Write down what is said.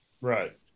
right